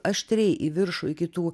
aštriai į viršų iki tų